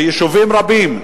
שבתים רבים,